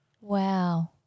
Wow